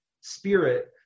spirit